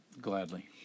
Gladly